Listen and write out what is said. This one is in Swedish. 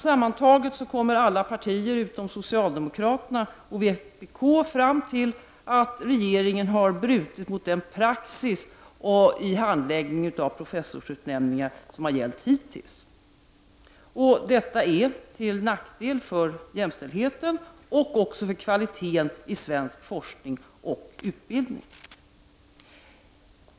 Sammantaget kommer alla partier utom socialdemokraterna och vpk fram till att regeringen har brutit mot den praxis i handläggningen av professorsutnämningar som har gällt hittills. Detta är till nackdel för jämställdheten och även för kvaliteten i svensk forskning och utbildning.